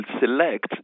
select